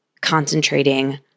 concentrating